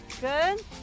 good